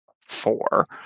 four